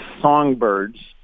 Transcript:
songbirds